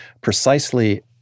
precisely